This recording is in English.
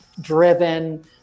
driven